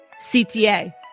CTA